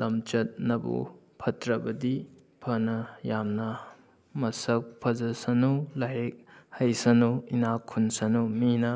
ꯂꯝꯆꯠꯅꯕꯨ ꯐꯠꯇ꯭ꯔꯕꯗꯤ ꯐꯅ ꯌꯥꯝꯅ ꯃꯁꯛ ꯐꯖꯁꯅꯨ ꯂꯥꯏꯔꯤꯛ ꯍꯩꯁꯅꯨ ꯏꯅꯥꯛ ꯈꯨꯟꯁꯅꯨ ꯃꯤꯅ